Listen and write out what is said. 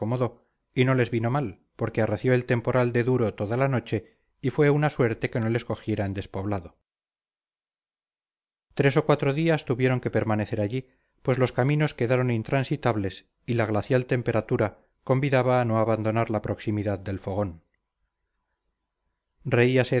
y no les vino mal porque arreció el temporal de duro toda la noche y fue una suerte que no les cogiera en despoblado tres o cuatro días tuvieron que permanecer allí pues los caminos quedaron intransitables y la glacial temperatura convidaba a no abandonar la proximidad del fogón reíase